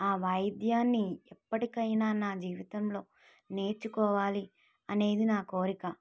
ఆ వాయిద్యాన్ని ఎప్పటికైనా నా జీవితంలో నేర్చుకోవాలి అనేది నా కోరిక